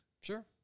Sure